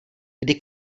kdy